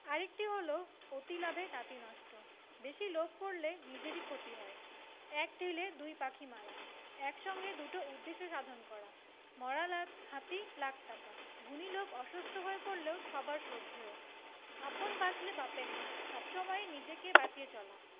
আরেকটি হল অতি লাভে তাঁতি নষ্ট বেশি লোভ করলে নিজেরই ক্ষতি হয় এক ঢিলে দুই পাখি মারা এক সঙ্গে দুটো উদ্দেশ্য সাধন করা মরা হাতি লাখ টাকা গুণী লোক অসুস্থ হয়ে পড়লেও সবার শ্রদ্ধেয় আপন বাঁচলে বাপের নাম সব সময় নিজেকে বাঁচিয়ে চলা